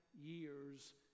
years